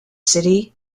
city